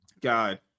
God